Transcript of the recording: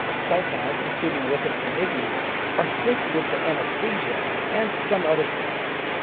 sighthounds, including whippets and iggies, are sensitive to anesthesia and some other drugs.